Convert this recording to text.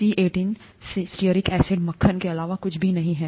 C18 stearic acid मक्खन के अलावा कुछ भी नहीं है